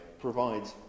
provides